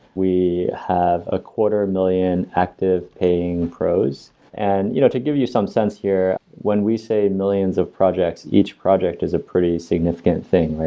we have a quarter million active paying pros and you know to give you some sense here, when we say millions of projects, each project is a pretty significant thing, right?